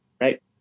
right